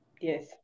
Yes